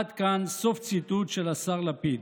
עד כאן, סוף ציטוט של השר לפיד.